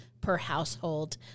per-household